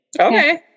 Okay